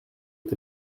est